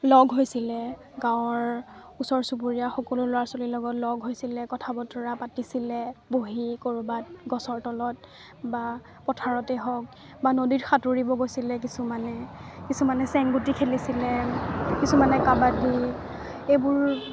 লগ হৈছিলে গাঁৱৰ ওচৰ চুবুৰীয়া সকলো ল'ৰা ছোৱালীৰ লগত লগ হৈছিলে কথা বতৰা পাতিছিলে বহি ক'ৰবাত গছৰ তলত বা পথাৰতে হওক বা নদীত সাঁতুৰিব গৈছিলে কিছুমানে কিছুমানে চেংগুটি খেলিছিলে কিছুমানে কাবাডী এইবোৰ